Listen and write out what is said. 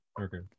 Okay